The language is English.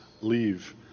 leave